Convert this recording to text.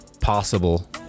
possible